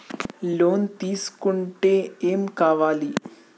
Loan తీసుకుంటే ఏం కావాలి?